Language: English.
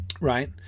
right